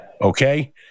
Okay